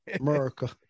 America